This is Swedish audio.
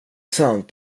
sant